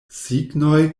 signoj